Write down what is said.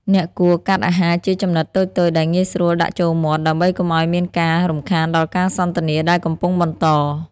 អ្នកគួរកាត់អាហារជាចំណិតតូចៗដែលងាយស្រួលដាក់ចូលមាត់ ដើម្បីកុំឱ្យមានការរំខានដល់ការសន្ទនាដែលកំពុងបន្ត។